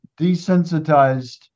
desensitized